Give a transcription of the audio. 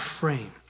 frame